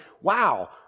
wow